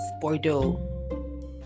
Bordeaux